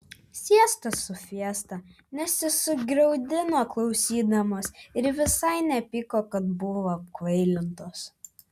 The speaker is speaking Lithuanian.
siesta su fiesta net susigraudino klausydamos ir visai nepyko kad buvo apkvailintos